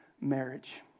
marriage